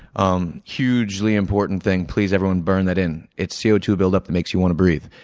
um hugely important thing please, everyone, burn that in it's c o two buildup that makes you want to breathe.